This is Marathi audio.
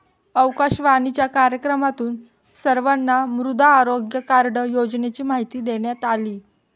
आकाशवाणीच्या कार्यक्रमातून सर्वांना मृदा आरोग्य कार्ड योजनेची माहिती देण्यात आली